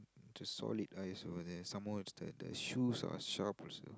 just solid ice over there some more is the the shoes are sharp also